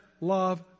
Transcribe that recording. love